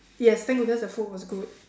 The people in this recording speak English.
yes thank goodness the food was good